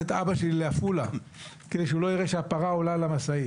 את אבא שלי לעפולה כדי שהוא לא יראה שהפרה עולה למשאית.